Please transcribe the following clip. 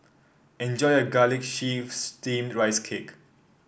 enjoy your Garlic Chives Steamed Rice Cake